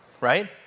right